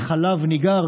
חלב ניגר